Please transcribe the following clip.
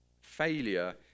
failure